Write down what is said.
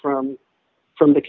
from from the